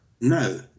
No